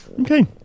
Okay